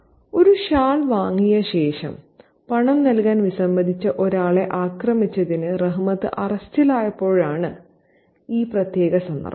ഒരു ഷാൾ വാങ്ങിയ ശേഷം പണം നൽകാൻ വിസമ്മതിച്ച ഒരാളെ ആക്രമിച്ചതിന് റഹ്മത്ത് അറസ്റ്റിലായപ്പോഴാണ് ഈ പ്രത്യേക സന്ദർഭം